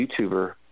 YouTuber